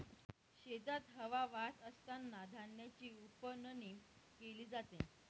शेतात हवा वाहत असतांना धान्याची उफणणी केली जाते